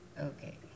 Okay